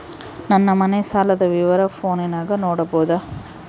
ನನ್ನ ಮನೆ ಸಾಲದ ವಿವರ ಫೋನಿನಾಗ ನೋಡಬೊದ?